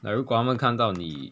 like 如果他们看到你